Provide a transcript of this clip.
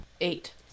eight